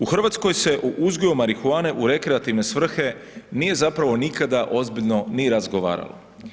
U Hrvatskoj se u uzgoju marihuane u rekreativne svrhe nije zapravo nikada ozbiljno ni razgovaralo.